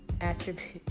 attribute